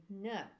no